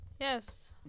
yes